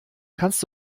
kannst